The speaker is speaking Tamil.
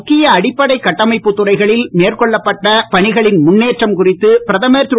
முக்கிய அடிப்படைக் கட்டமைப்புத் துறைகளில் மேற்கொள்ளப்பட்ட பணிகளின் முன்னேற்றம் குறித்து பிரதமர் திரு